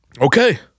Okay